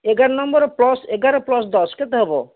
ଏଗାର number plus ଏଗାର plus ଦଶ କେତେ ହେବ